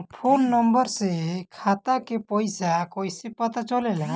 Phone number से खाता के पइसा कईसे पता चलेला?